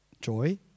joy